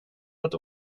att